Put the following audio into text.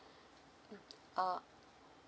mm uh